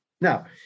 Now